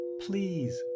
Please